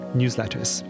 newsletters